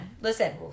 Listen